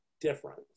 different